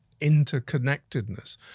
interconnectedness